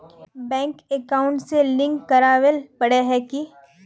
Bank account में link करावेल पारे है की?